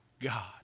God